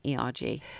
ERG